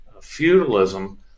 feudalism